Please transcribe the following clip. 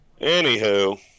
Anywho